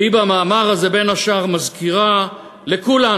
ובמאמר הזה היא בין השאר מזכירה לכולנו,